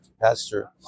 pastor